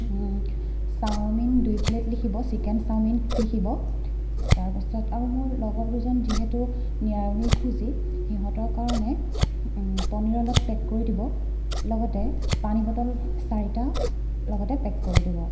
chowmein দুই plate লিখিব chicken chow mein লিখিব তাৰপাছত আৰু মোৰ লগৰ দুজন যিহেতু নিৰামিষ ভূজি সিহঁতৰ কাৰণে পনীৰ অলপ পেক কৰি দিব লগতে পানী বটল চাৰিটা লগতে পেক কৰি দিব